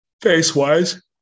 Face-wise